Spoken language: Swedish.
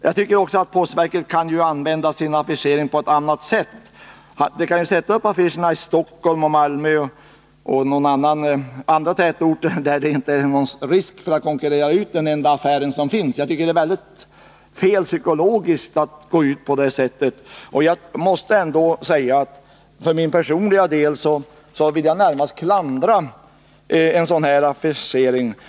Jag tror att postverket kan använda sin affischering på ett annat sätt. Affischerna kan sättas upp i Stockholm, Malmö och andra tätorter, där det inte föreligger någon risk för att den enda befintliga affären konkurreras ut. Det är fel psykologiskt att gå ut på detta sätt, och för min del vill jag närmast klandra en sådan här affischering.